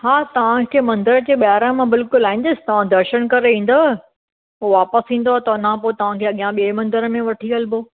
हा तव्हांखे मंदर जे ॿाहिरां मां बिल्कुलु लाहींदसि तव्हां दर्शन करे ईंदव पोइ वापसि ईंदव त हुनखां पोइ तव्हांखे अॻियां ॿिए मंदर में वठी हलिबो